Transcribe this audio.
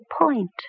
point